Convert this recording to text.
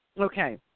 Okay